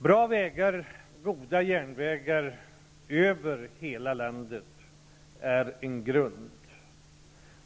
Bra vägar, goda järnvägar över hela landet är en grund.